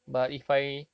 that's good